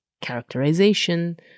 characterization